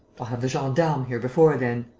i'll have the gendarmes here before then.